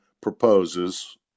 proposes